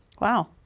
Wow